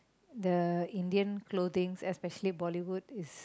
the Indian clothing especially Bollywood is